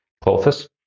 clothes